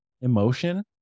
emotion